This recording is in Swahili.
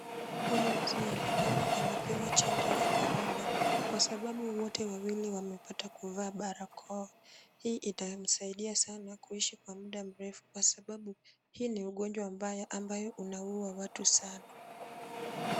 Huyu mzee ni kama anapewa chanjo ya Korona kwa sababu wote wawili wamepata kuvaa barakoa. Hii itamsaidia sana kuishi kwa muda mrefu kwa sababu hii ni ugonjwa mbaya ambao unaua watu sana.